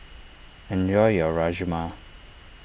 enjoy your Rajma